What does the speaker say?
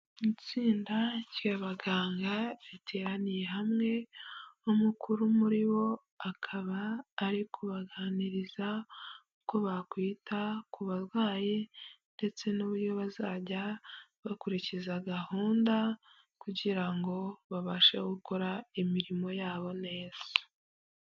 Itsinda ryabaganga riteraniye hamwe umukuru muri bo akaba ari kubaganiriza uko bakwita ku barwayi, ndetse n'uburyo bazajya bakurikiza gahunda kugira ngo babashe gukora imirimo yabo neza.